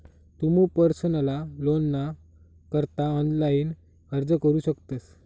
तुमू पर्सनल लोनना करता ऑनलाइन अर्ज करू शकतस